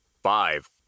Five